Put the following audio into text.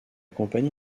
compagnie